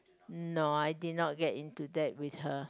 no I did not get into that with her